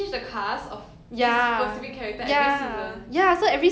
!huh! 很奇怪 eh then 那个 viewers 不会很 confused meh